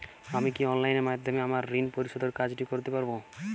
আমি কি অনলাইন মাধ্যমে আমার ঋণ পরিশোধের কাজটি করতে পারব?